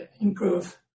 improve